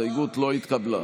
ההסתייגות לא התקבלה.